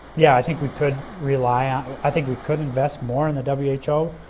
yeah i think we could rely on i think we could invest more on the w h o.